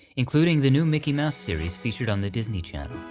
including the new mickey mouse series featured on the disney channel.